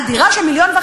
על דירה של 1.5 מיליון,